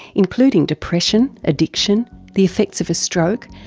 including depression, addiction, the effects of a stroke,